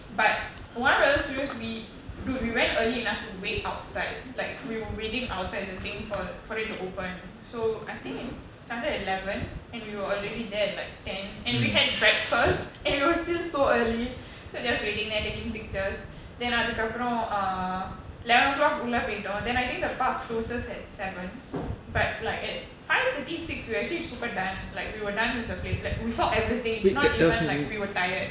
but warner brother studios we dude we went early enough to wait outside like we were waiting outside the thing for for it to open so I think it started eleven and we were already there at like ten and we had breakfast and it was still so early just waiting there taking pictures then அதுக்குஅப்பறம்:athukku aparam uh eleven o'clock உள்ளபோயிட்டோம்:ulla poiyittom then I think the park closes at seven but like at five thirty six we were actually super done like we were done with the pla~ like we saw everything it's not even like we were tired